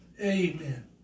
amen